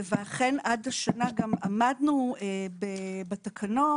ואכן, עד השנה גם עמדנו בתקנות.